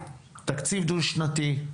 תקציב דו-שנתי,